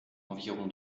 environ